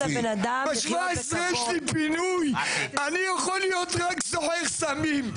ב-17 יש לי פינוי, אני יכול להיות רק סוחר סמים.